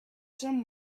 sun